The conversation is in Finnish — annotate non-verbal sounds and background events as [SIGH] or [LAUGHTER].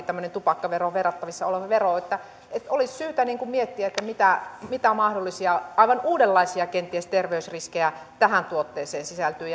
[UNINTELLIGIBLE] tämmöinen tupakkaveroon verrattavissa oleva vero olisi syytä miettiä mitä mitä mahdollisia kenties aivan uudenlaisia terveysriskejä tähän tuotteeseen sisältyy [UNINTELLIGIBLE]